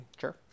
Sure